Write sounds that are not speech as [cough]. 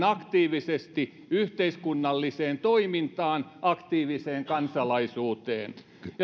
[unintelligible] aktiivisesti yhteiskunnalliseen toimintaan aktiiviseen kansalaisuuteen